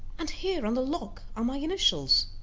and here, on the lock, are my initials.